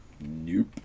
Nope